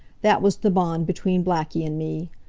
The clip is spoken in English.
that was the bond between blackie and me.